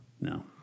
No